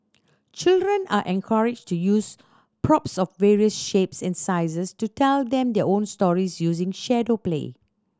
children are encouraged to use props of various shapes and sizes to tell their own stories using shadow play